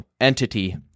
entity